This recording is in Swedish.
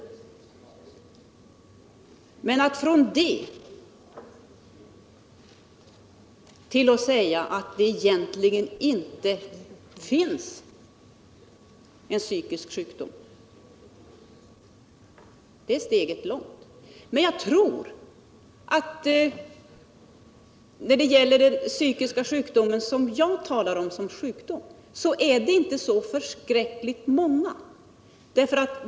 Men därifrån och till att säga att det egentligen inte finns en psykisk sjukdom är steget långt. Jag tror emellertid att när det gäller den psykiska sjukdomen som jag talar om som sjukdom är det inte fråga om så förskräckligt många människor.